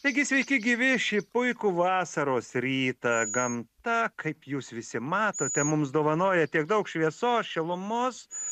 taigi sveiki gyvi šį puikų vasaros rytą gamta kaip jūs visi matote mums dovanoja tiek daug šviesos šilumos